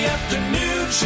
Afternoon